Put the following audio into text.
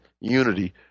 Unity